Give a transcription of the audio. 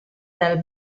dal